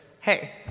hey